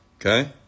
okay